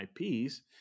ips